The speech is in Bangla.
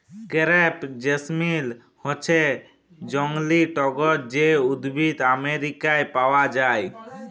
ক্রেপ জেসমিল হচ্যে জংলী টগর যে উদ্ভিদ আমেরিকায় পাওয়া যায়